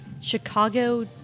Chicago